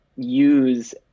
use